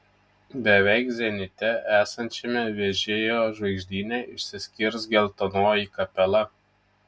beveik zenite esančiame vežėjo žvaigždyne išsiskirs geltonoji kapela